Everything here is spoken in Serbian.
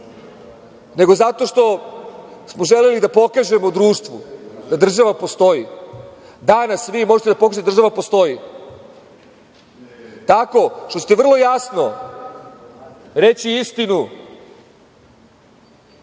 nego zato što smo želeli da pokažemo društvu da država postoji. Danas vi možete da pokažete da država postoji tako što ćete vrlo jasno reći istinu,